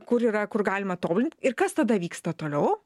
kur yra kur galima tobulint ir kas tada vyksta toliau